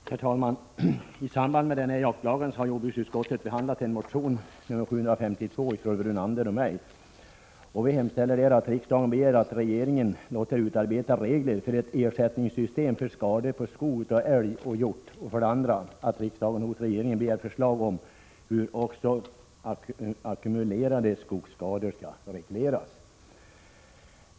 Herr talman! I samband med denna jaktlag har jordbruksutskottet behandlat motion 752 av Lennart Brunander och mig. Vi hemställer där för det första att riksdagen begär att regeringen låter utarbeta regler för ett ersättningssystem för skador på skog av älg och hjort och för det andra att riksdagen hos regeringen begär förslag om hur ackumulerade skogsskador skall regleras.